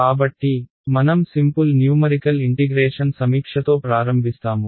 కాబట్టి మనం simple numerical integration సమీక్షతో ప్రారంభిస్తాము